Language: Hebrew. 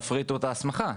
תפריטו את ההסמכה.